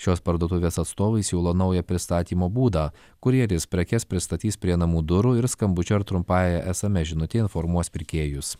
šios parduotuvės atstovai siūlo naują pristatymo būdą kurjeris prekes pristatys prie namų durų ir skambučiu ar trumpąja sms žinute informuos pirkėjus